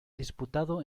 disputado